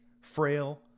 frail